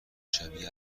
شبیه